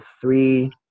three